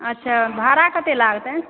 अच्छा भाड़ा कतय लागतै